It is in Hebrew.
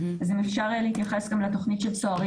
אז אם אפשר יהיה להתייחס גם לתכנית של צוערים